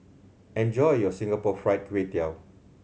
enjoy your Singapore Fried Kway Tiao